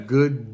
Good